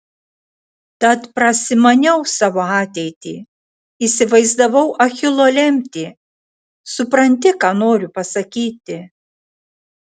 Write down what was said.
tad prasimaniau savo ateitį įsivaizdavau achilo lemtį supranti ką noriu pasakyti